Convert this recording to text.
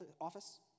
office